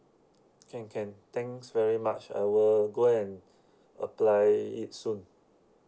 can can thanks very much I will go and apply it soon